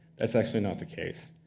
that's actually not the case.